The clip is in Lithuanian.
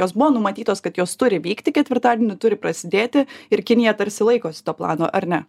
jos buvo numatytos kad jos turi vykti ketvirtadienį turi prasidėti ir kinija tarsi laikosi to plano ar ne